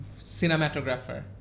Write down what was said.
cinematographer